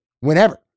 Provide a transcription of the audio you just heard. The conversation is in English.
whenever